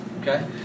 Okay